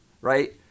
Right